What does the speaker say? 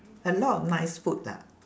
a lot of nice food lah